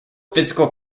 physical